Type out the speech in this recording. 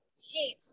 heat